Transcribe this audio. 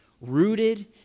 rooted